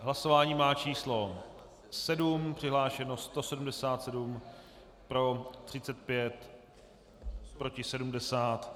Hlasování má číslo 7, přihlášeno 177, pro 35, proti 70.